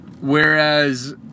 whereas